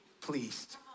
pleased